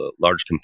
large